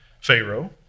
Pharaoh